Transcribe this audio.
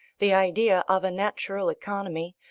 the idea of a natural economy,